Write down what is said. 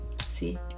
see